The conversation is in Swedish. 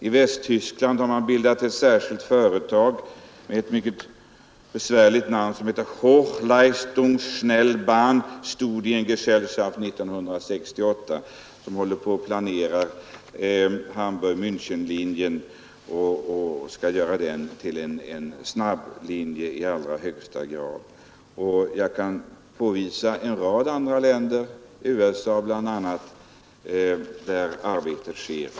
I Västtyskland bildades 1968 ett särskilt företag, Hochleistungsschnellbahn-Studiengesellschaft, där man håller på att planera Hamburg-Minchenlinjen, som i allra högsta grad skall bli en snabblinje. Jag kan visa på en rad andra länder, bl.a. USA, där sådant arbete pågår.